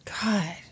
God